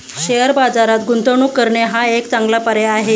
share बाजारात गुंतवणूक करणे हा एक चांगला पर्याय आहे